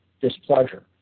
displeasure